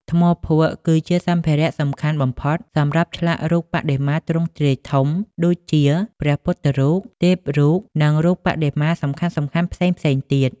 ថ្មភក់ គឺជាសម្ភារៈសំខាន់បំផុតសម្រាប់ឆ្លាក់រូបបដិមាទ្រង់ទ្រាយធំ ដូចជាព្រះពុទ្ធរូប ទេពរូប និងរូបបដិមាសំខាន់ៗផ្សេងៗទៀត។